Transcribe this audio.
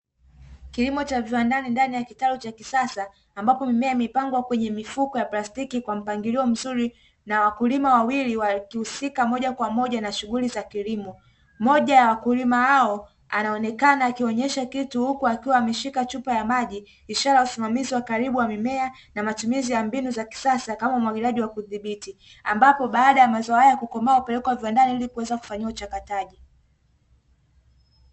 Kilimo cha viwandani ndani ya kitalu cha kisasa, ambapo mimea imepangwa kwenye mifuko ya prastiki kwa mpangilio mzuri, na wakulima wawili wakihusika moja kwa moja na shughuli za kilimo, moja ya wakulima hao anaonekana akionyesha kitu huku akiwa ameshika chupa ya maji ishara ya usimamizi wa karibu wa mimea na matumizi ya mbinu za kisasa kama umwangiliaji wa kudhibiti, ambapo baada ya mazao haya kukomaa hupelekwa viwandani kuweza kufanyiwa uchakataji.